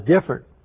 different